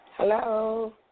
Hello